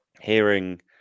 hearing